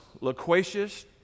loquacious